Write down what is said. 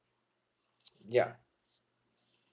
ya